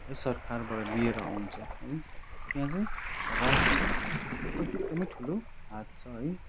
सरकारबाट लिएर आउँछ है त्यहाँ चाहिँ राजनीतिको एकदमै ठुलो हात छ है